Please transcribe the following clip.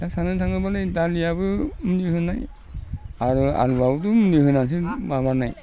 दा साननो थाङोबालाय दालियाबो मुलि होनाय आरो आलुआबोथ' मुलि होनानैसो बे माबानाय